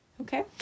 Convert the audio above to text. Okay